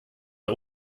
der